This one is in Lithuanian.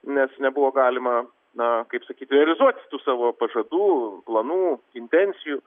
nes nebuvo galima na kaip sakyti realizuoti savo pažadų planų intencijų